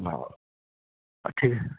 अँ ठिकै